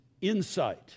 insight